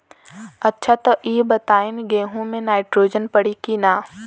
अच्छा त ई बताईं गेहूँ मे नाइट्रोजन पड़ी कि ना?